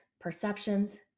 perceptions